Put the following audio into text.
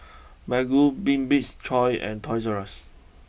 Baggu Bibik's choice and Toys Rus